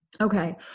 Okay